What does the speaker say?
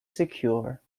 secure